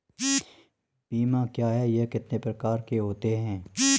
बीमा क्या है यह कितने प्रकार के होते हैं?